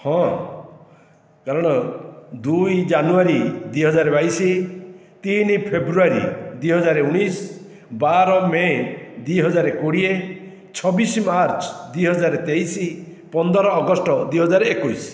ହଁ କାରଣ ଦୁଇ ଜାନୁଆରୀ ଦୁଇ ହଜାର ବାଇଶି ତିନ ଫେବୃଆରୀ ଦୁଇ ହଜାର ଉଣେଇଶ ବାର ମେ' ଦୁଇ ହଜାର କୋଡ଼ିଏ ଛବିଶ ମାର୍ଚ୍ଚ ଦୁଇ ହଜାର ତେଇଶ ପନ୍ଦର ଅଗଷ୍ଟ ଦୁଇ ହଜାର ଏକୋଇଶ